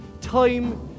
time